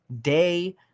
day